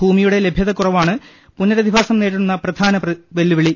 ഭൂമിയുടെ ലഭ്യതക്കുറവാണ് പുനരധിവാസം നേരിടുന്ന പ്രധാന വെല്ലുവിളി